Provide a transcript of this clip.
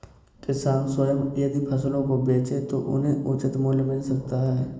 किसान स्वयं यदि फसलों को बेचे तो उन्हें उचित मूल्य मिल सकता है